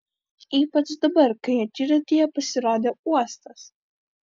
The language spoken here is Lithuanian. ypač dabar kai akiratyje pasirodė uostas